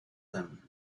them